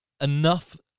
enough